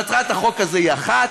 מטרת החוק הזה היא אחת,